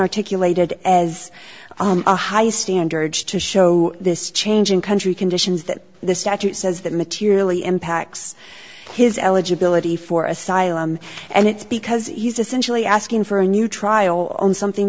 articulated as a high standard to show this change in country conditions that the statute says that materially impacts his eligibility for asylum and it's because he's essentially asking for a new trial on something